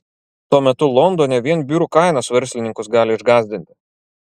tuo metu londone vien biurų kainos verslininkus gali išgąsdinti